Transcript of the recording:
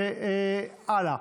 הלאה,